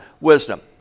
wisdom